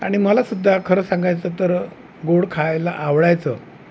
आणि मलासुद्धा खरं सांगायचं तर गोड खायला आवडायचं